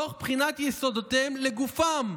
תוך בחינת יסודותיהם לגופם,